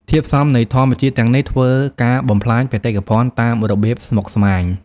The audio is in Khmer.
ធាតុផ្សំនៃធម្មជាតិទាំងនេះ ធ្វើការបំផ្លាញបេតិកភណ្ឌតាមរបៀបស្មុគស្មាញ។